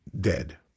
dead